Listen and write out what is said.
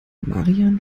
marian